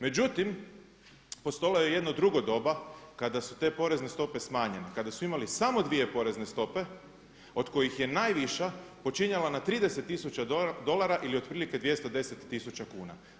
Međutim, postojalo je jedno drugo doba kada su te porezne stope smanjene, kada su imali samo dvije porezne stope od kojih je najviša počinjala na 30 tisuća dolara ili otprilike 210 tisuća kuna.